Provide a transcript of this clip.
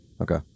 Okay